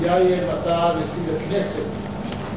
טיבייב, אתה נציג הכנסת.